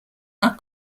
are